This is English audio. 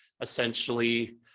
essentially